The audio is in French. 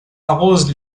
arrose